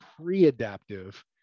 pre-adaptive